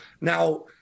Now